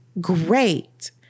great